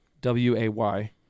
W-A-Y